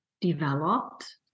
developed